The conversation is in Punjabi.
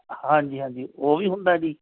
ਹਾਂਜੀ ਹਾਂਜੀ ਉਹ ਵੀ ਹੁੰਦਾ ਜੀ